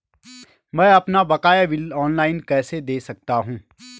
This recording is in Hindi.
मैं अपना बकाया बिल ऑनलाइन कैसे दें सकता हूँ?